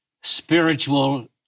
spiritual